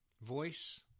Voice